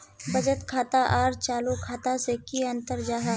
बचत खाता आर चालू खाता से की अंतर जाहा?